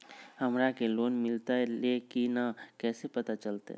हमरा के लोन मिलता ले की न कैसे पता चलते?